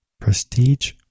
prestige